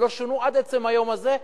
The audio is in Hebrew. והם לא שונו עד עצם היום הזה,